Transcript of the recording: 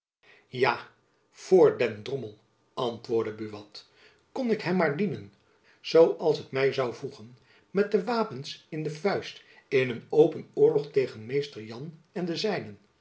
voor den drommel antwoordde buat kon ik hem maar dienen zoo als t my zoû voegen met de wapens in de vuist in een open oorlog tegen mr jan en de zijnen